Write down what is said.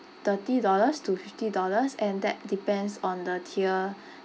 thirty dollars to fifty dollars and that depends on the tier